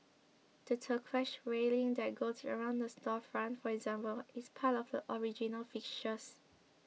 the turquoise railing that goes around the storefront for example is part of the original fixtures